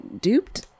duped